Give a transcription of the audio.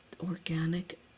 organic